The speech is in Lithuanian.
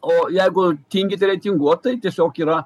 o jeigu tingite reitinguot tai tiesiog yra